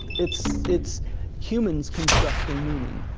it's it's humans constructing meaning.